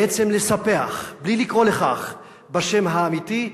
בעצם, לספח, בלי לקרוא לכך בשם האמיתי,